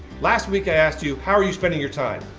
last week i asked you how are you spending your time?